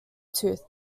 tooth